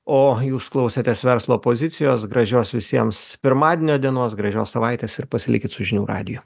o jūs klausėtės verslo pozicijos gražios visiems pirmadienio dienos gražios savaitės ir pasilikit su žinių radiju